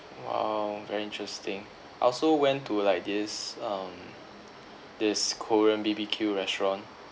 !wow! very interesting I also went to like this um this korean B_B_Q restaurant